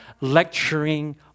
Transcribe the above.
lecturing